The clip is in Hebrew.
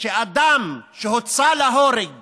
שאדם שהוצא להורג